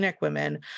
women